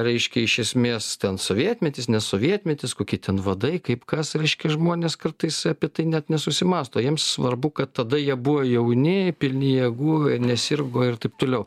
reiškia iš esmės ten sovietmetis ne sovietmetis kokie ten vadai kaip kas reiškia žmonės kartais apie tai net nesusimąsto jiems svarbu kad tada jie buvo jauni pilni jėgų nesirgo ir taip toliau